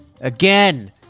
again